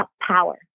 power